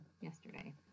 yesterday